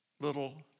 little